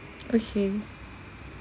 okay